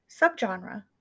subgenre